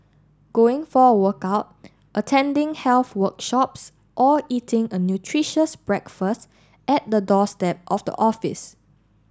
going for a workout attending health workshops or eating a nutritious breakfast at the doorstep of the office